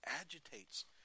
agitates